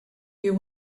you